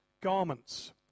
garments